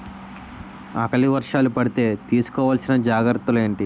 ఆకలి వర్షాలు పడితే తీస్కో వలసిన జాగ్రత్తలు ఏంటి?